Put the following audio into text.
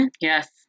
Yes